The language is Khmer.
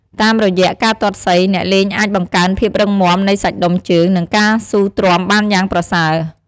តាមរយៈការទាត់សី អ្នកលេងអាចបង្កើនភាពរឹងមាំនៃសាច់ដុំជើង និងការស៊ូទ្រាំបានយ៉ាងប្រសើរ។